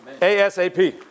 ASAP